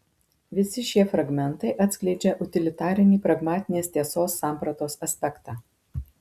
visi šie fragmentai atskleidžia utilitarinį pragmatinės tiesos sampratos aspektą